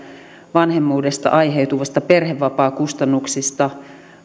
vanhemmuudesta aiheutuvista perhevapaakustannuksista